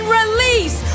release